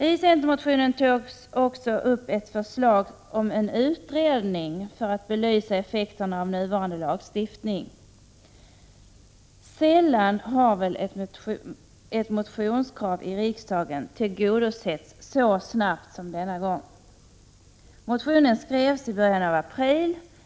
I centermotionen togs också upp ett förslag om en utredning för att belysa effekterna av nuvarande lagstiftning. Sällan har väl ett motionskrav i riksdagen tillgodosetts så snabbt som denna gång. Motionen skrevs i början av april.